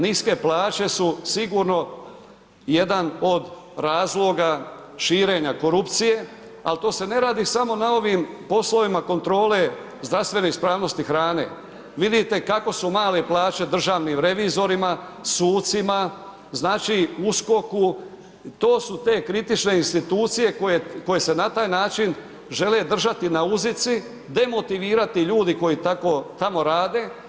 Niske plaće su sigurno jedan od razloga širenja korupcije, ali to se ne radi samo na ovim poslovima kontrole zdravstvene ispravnosti hrane, vidite kako su male plaće državnim revizorima, sucima, znači USKOK-u, to su te kritične institucije koje se na taj način žele držati na uzici demotivirati ljude koji tako tamo rade.